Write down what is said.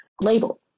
label